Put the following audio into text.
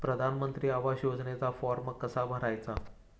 प्रधानमंत्री आवास योजनेचा फॉर्म कसा भरायचा?